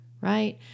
right